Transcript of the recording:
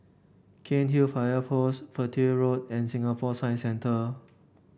Cairnhill Fire Post Petir Road and Singapore Science Centre